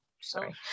Sorry